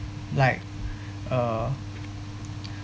like uh